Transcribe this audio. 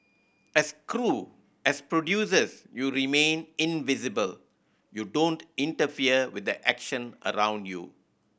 as crew as producers you remain invisible you don't interfere with the action around you